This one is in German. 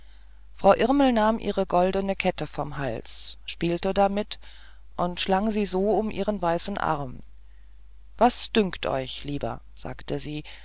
frau irmel nahm ihre goldene kette vom hals spielte damit und schlang sie so um ihren weißen arm was dünkt euch lieber sagte sie